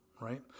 Right